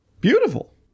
Beautiful